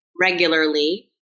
regularly